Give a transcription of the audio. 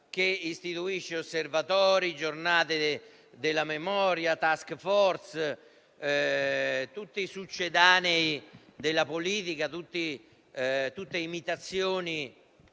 istituisce osservatori, giornate della memoria, *task force*, tutti succedanei della politica, tutte imitazioni